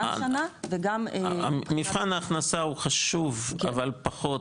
גם שנה וגם --- מבחן ההכנסה הוא חשוב אבל פחות,